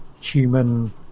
human